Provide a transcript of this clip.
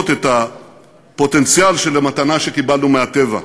את הפוטנציאל של המתנה שקיבלנו מהטבע,